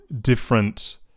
different